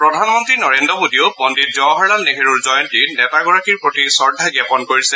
প্ৰধানমন্ত্ৰী নৰেন্দ্ৰ মোডীয়েও পণ্ডিত জৱাহৰলাল নেহৰুৰ জয়ন্তীত নেতাগৰাকীৰ প্ৰতি শ্ৰদ্ধা জ্ঞাপন কৰিছে